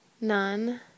None